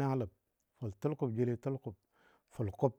naləb, fʊl tʊlkʊb jeli tʊlkʊb, fʊl kʊb